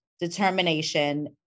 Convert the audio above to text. determination